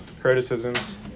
criticisms